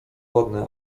ładne